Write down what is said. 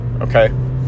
Okay